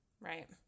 Right